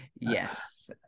Yes